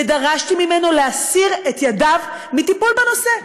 ודרשתי ממנו להסיר את ידו מטיפול בנושא.